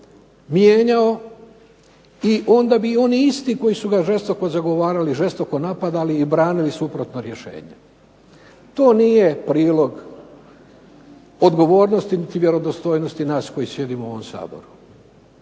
i onda bi oni isti koji su ga žestoko zagovarali, žestoko napadali i branili suprotno rješenje. To nije prilog odgovornosti niti vjerodostojnosti nas koji sjedimo u Saboru.